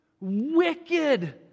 wicked